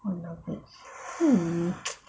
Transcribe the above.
ah not bad mm